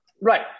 Right